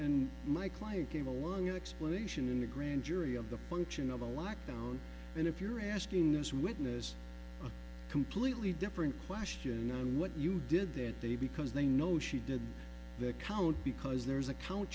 and my client came along explanation in the grand jury of the function of the lockdown and if you're asking this witness a completely different question than what you did that day because they know she did the count because there's a count